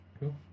cool